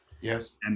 Yes